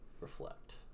reflect